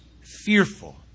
fearful